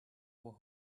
were